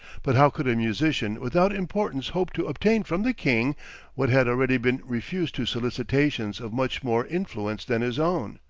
but how could a musician without importance hope to obtain from the king what had already been refused to solicitations of much more influence than his own?